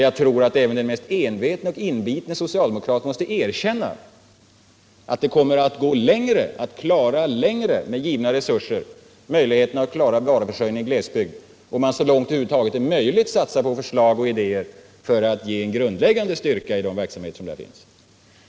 Jag tror att även den mest envetne och inbitne socialdemokrat måste erkänna att man kommer att ha större möjligheter att med givna resurser klara varuförsörjningen i glesbygd om man så långt det över huvud taget är möjligt satsar på förslag och idéer för att ge grundläggande styrka i de verksamheter som där finns.